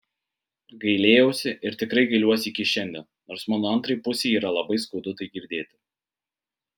gailėjausi ir tikrai gailiuosi iki šiandien nors mano antrai pusei yra labai skaudu tai girdėt